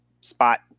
spot